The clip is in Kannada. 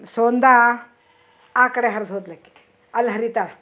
ಸೋಂದಾ ಆ ಕಡೆ ಹರ್ದು ಹೋದ್ಲ ಅಕಿ ಅಲ್ಲಿ ಹರಿತಾಳೆ